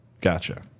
Gotcha